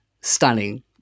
stunning